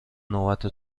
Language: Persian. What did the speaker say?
نوبت